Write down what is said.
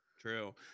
True